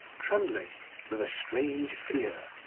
trembling with a strange fear.